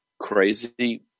crazy